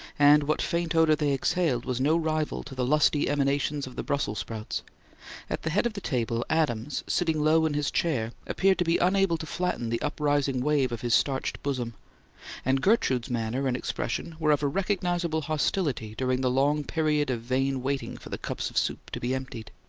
and what faint odour they exhaled was no rival to the lusty emanations of the brussels sprouts at the head of the table, adams, sitting low in his chair, appeared to be unable to flatten the uprising wave of his starched bosom and gertrude's manner and expression were of a recognizable hostility during the long period of vain waiting for the cups of soup to be emptied.